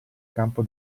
campo